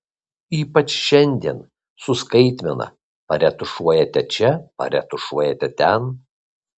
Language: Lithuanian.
ypač šiandien su skaitmena paretušuojate čia paretušuojate ten